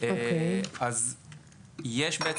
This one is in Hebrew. אז תסביר.